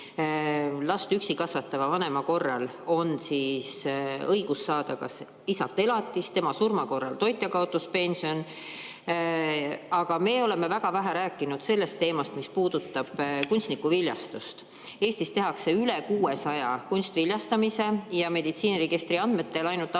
last üksi kasvatava vanema korral on õigus saada isalt elatist, tema surma korral toitjakaotuspensioni, aga me oleme väga vähe rääkinud sellest teemast, mis puudutab kunstlikku viljastust. Eestis tehakse üle 600 kunstviljastamise, meditsiiniregistri andmetel ainuüksi